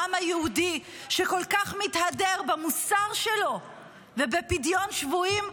העם היהודי שכל כך מתהדר במוסר שלו ובפדיון שבויים,